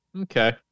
Okay